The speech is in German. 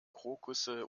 krokusse